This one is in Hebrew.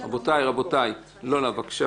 החלטתי להתעסק בזנות מבחירתי, לא בכוח.